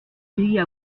élie